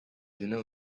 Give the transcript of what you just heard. dinner